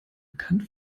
bekannt